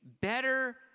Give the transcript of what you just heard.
better